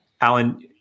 Alan